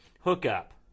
hookup